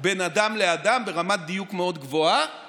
בין אדם לאדם ברמת דיוק מאוד גבוהה